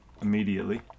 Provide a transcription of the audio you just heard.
immediately